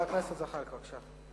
חבר הכנסת ג'מאל זחאלקה, בבקשה.